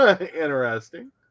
Interesting